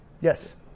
Yes